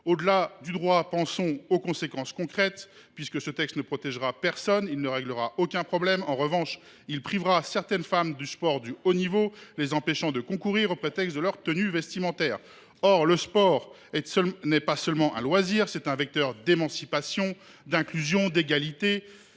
Au delà du droit, pensons aux conséquences concrètes, puisque ce texte ne protégera personne ni ne réglera aucun problème. En revanche, il privera certaines femmes de l’accès au sport de haut niveau, les empêchant de concourir sous le prétexte de leur tenue vestimentaire. Or le sport n’est pas seulement un loisir, c’est aussi un vecteur d’émancipation, d’inclusion et d’égalité.